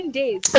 days